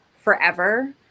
forever